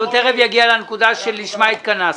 הוא תכף יגיע לנקודה לשמה התכנסנו.